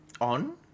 on